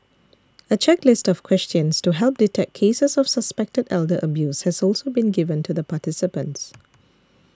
a checklist of questions to help detect cases of suspected elder abuse has also been given to the participants